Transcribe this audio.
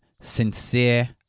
sincere